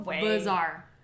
bizarre